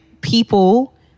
people